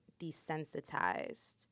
desensitized